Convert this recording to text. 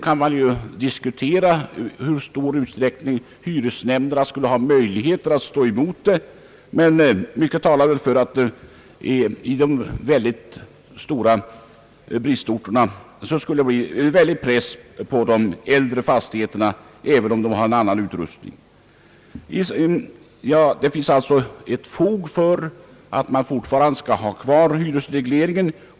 Man kan ju diskutera i hur stor utsträckning hyresnämnderna skulle ha möjlighet att stå emot en sådan. Det är mycket troligt att det i de stora bristorterna skulle bli en kraftig press på de äldre fastigheterna trots att de har en sämre utrustning. Det finns således fog för att behålla hyresregleringen.